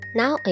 now